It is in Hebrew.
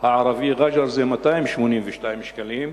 הערבי רג'ר, 282 שקלים,